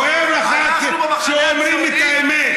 כואב לך שאומרים את האמת.